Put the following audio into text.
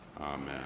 Amen